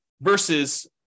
versus –